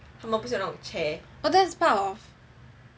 oh that is part of